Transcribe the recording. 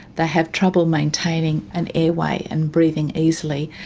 they have trouble maintaining an airway and breathing easily.